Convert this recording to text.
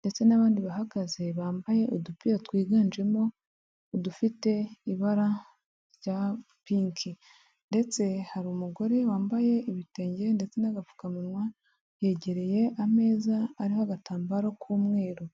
ndetse n'abandi bahagaze bambaye udupira twiganjemo udufite ibara rya pinki, ndetse hari umugore wambaye ibitenge ndetse n'agapfukamunwa yegereye ameza ariho agatambaro k'umweru.